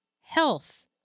health